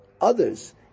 others